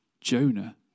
Jonah